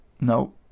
No